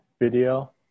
video